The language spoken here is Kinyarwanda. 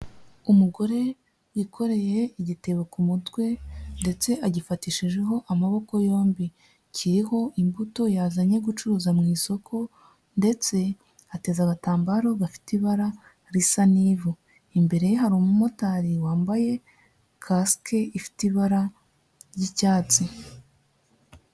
Umugore wikoreye igitebo ku mutwe ndetse agifatishijeho amaboko yombi, kiriho imbuto yazanye gucuruza mu isoko ndetse ateze agatambaro gafite ibara risa n'ivu, imbere ye hari umumotari wambaye kasike ifite ibara ry'icyatsi.